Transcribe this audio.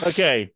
Okay